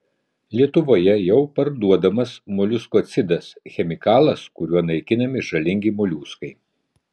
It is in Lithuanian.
lietuvoje jau parduodamas moliuskocidas chemikalas kuriuo naikinami žalingi moliuskai